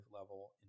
level